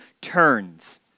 turns